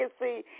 see